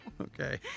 Okay